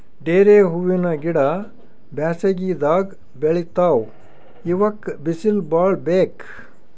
ಡೇರೆ ಹೂವಿನ ಗಿಡ ಬ್ಯಾಸಗಿದಾಗ್ ಬೆಳಿತಾವ್ ಇವಕ್ಕ್ ಬಿಸಿಲ್ ಭಾಳ್ ಬೇಕ್